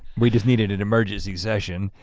we just needed an emergency session.